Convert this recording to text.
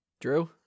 Drew